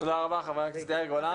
תודה רבה, חבר הכנסת יאיר גולן.